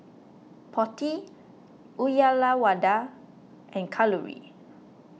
Potti Uyyalawada and Kalluri